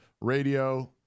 Radio